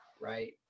Right